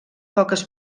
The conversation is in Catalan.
poques